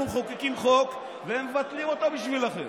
אנחנו מחוקקים חוק, והם מבטלים אותו בשבילכם,